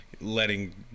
letting